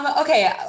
Okay